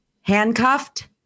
handcuffed